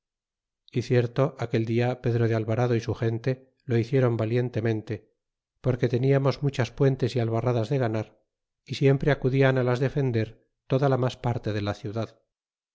e cierto aquel o dia pedro de alvarado y su gute lo hiciéron valientemente porque midamos muchas puentes y albarradas de ganar y ti siempre aculan las defender toda la mas parte de la ciudad